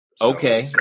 Okay